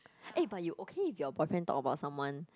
eh but you okay if your boyfriend talk about someone